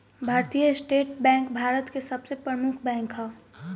भारतीय state bank Bharat के सबसे प्रमुख बैंक ह